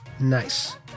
Nice